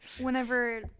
whenever